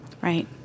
Right